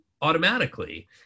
automatically